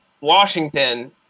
Washington